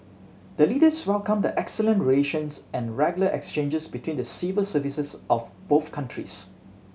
the Leaders welcomed the excellent relations and regular exchanges between the civil services of both countries